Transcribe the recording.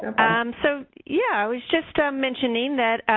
um so yeah, i was just ah mentioning that